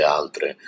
altre